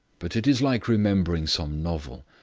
but it is like remembering some novel.